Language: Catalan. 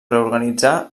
reorganitzar